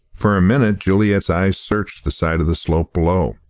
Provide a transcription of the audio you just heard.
for a minute juliet's eyes searched the side of the slope below.